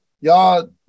y'all